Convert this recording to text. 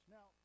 Now